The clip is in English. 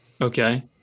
Okay